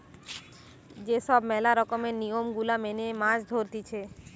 যে সব ম্যালা রকমের নিয়ম গুলা মেনে মাছ ধরতিছে